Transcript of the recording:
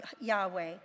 Yahweh